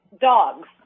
dogs